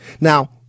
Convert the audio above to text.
Now